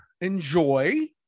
enjoy